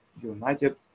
united